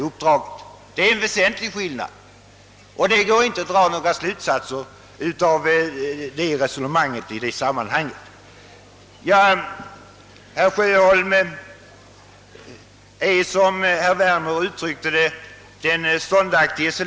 Herr Sjöholm är, som herr Werner uttryckte det, den ståndaktige tennsoldaten.